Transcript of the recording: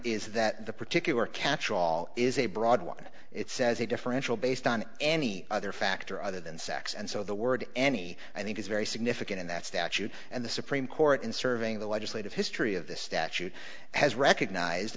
is that the particular catchall is a broad one it says a differential based on any other factor other than sex and so the word any i think is very significant in that statute and the supreme court in serving the legislative history of this statute has recognize